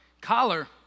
collar